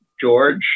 George